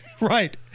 Right